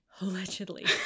Allegedly